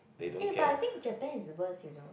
eh but I think Japan is worse you know